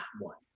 one